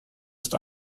ist